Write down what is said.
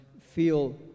feel